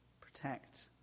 protect